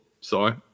sorry